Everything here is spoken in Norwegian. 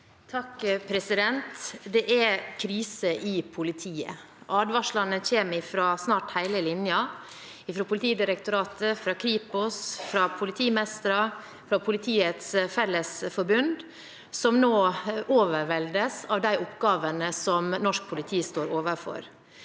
(FrP) Det er krise i politi- et. Advarslene kommer fra snart hele linjen, fra Politidirektoratet, fra Kripos, fra politimestere, fra Politiets Fellesforbund, som nå overveldes av de oppgavene norsk politi står overfor.